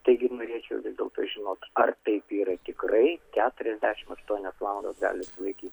taigi norėčiau vis dėlto žinot ar taip yra tikrai keturiasdešim aštuonias valandas gali sulaikyt